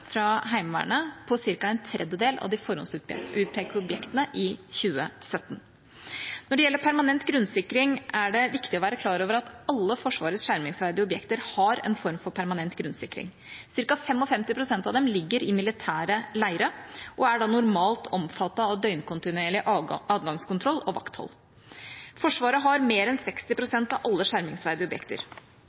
fra Heimevernet på ca. en tredjedel av de forhåndsutpekte objektene i 2017. Når det gjelder permanent grunnsikring, er det viktig å være klar over at alle Forsvarets skjermingsverdige objekter har en form for permanent grunnsikring. Cirka 55 pst. av dem ligger i militære leire og er da normalt omfattet av døgnkontinuerlig adgangskontroll og vakthold. Forsvaret har mer enn 60 pst. av alle skjermingsverdige objekter,